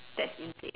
that's insane